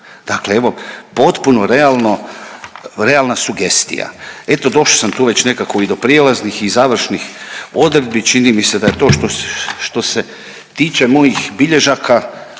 Dakle, evo potpuno realna sugestija. Eto došao sam tu već nekako i do prijelaznih i završnih odredbi. Čini mi se da je to što se tiče mojih bilježaka